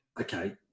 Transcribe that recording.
Okay